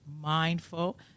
Mindful